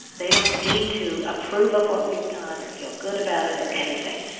they don't need to approve of what we've done, or feel good about it or anything.